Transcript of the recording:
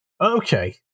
Okay